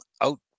out